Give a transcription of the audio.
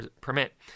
permit